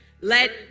let